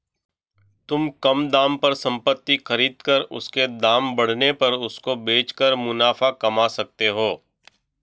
तुम कम दाम पर संपत्ति खरीद कर उसके दाम बढ़ने पर उसको बेच कर मुनाफा कमा सकते हो